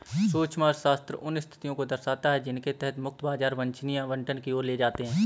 सूक्ष्म अर्थशास्त्र उन स्थितियों को दर्शाता है जिनके तहत मुक्त बाजार वांछनीय आवंटन की ओर ले जाते हैं